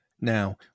Now